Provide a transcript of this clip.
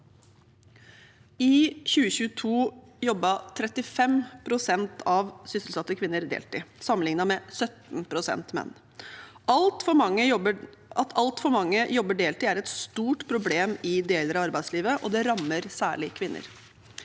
I 2022 jobbet 35 pst. av sysselsatte kvinner deltid. Til sammenligning var det 17 pst. menn. At altfor mange jobber deltid, er et stort problem i deler av arbeidslivet, og det rammer særlig kvinner.